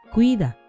Cuida